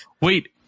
Wait